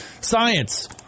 science